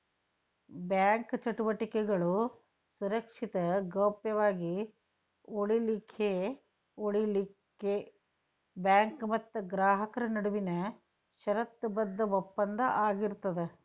bank ಚಟುವಟಿಕೆಗಳು ಸುರಕ್ಷಿತ ಗೌಪ್ಯ ವಾಗಿ ಉಳಿಲಿಖೆಉಳಿಲಿಕ್ಕೆ ಬ್ಯಾಂಕ್ ಮತ್ತ ಗ್ರಾಹಕರ ನಡುವಿನ ಷರತ್ತುಬದ್ಧ ಒಪ್ಪಂದ ಆಗಿರ್ತದ